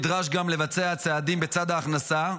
נדרש גם לבצע צעדים בצד ההכנסה,